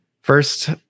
first